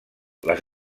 les